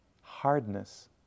hardness